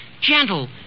gentle